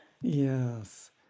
Yes